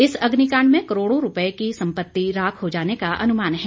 इस अग्निकांड में करोड़ों रूपये की संपत्ति राख हो जाने का अनुमान है